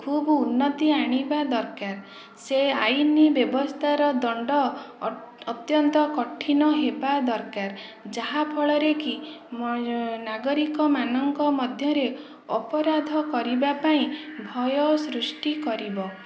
ଖୁବ ଉନ୍ନତି ଆଣିବା ଦରକାର ସେ ଆଇନ ବ୍ୟବସ୍ଥାର ଦଣ୍ଡ ଅତ୍ୟନ୍ତ କଠିନ ହେବା ଦରକାର ଯାହାଫଳରେ କି ନାଗରିକ ମାନଙ୍କ ମଧ୍ୟରେ ଅପରାଧ କରିବା ପାଇଁ ଭୟ ସୃଷ୍ଟି କରିବ